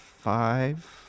five